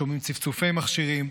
שומעים צפצופי מכשירים,